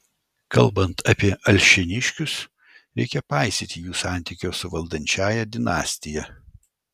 kalbant apie alšėniškius reikia paisyti jų santykio su valdančiąja dinastija